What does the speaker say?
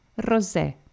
rosé